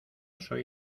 soy